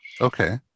Okay